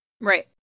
Right